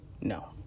No